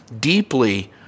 deeply